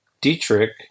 Dietrich